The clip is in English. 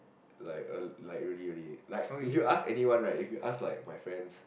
like uh like really really like if you ask anyone right like if you ask my friends